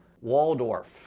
Waldorf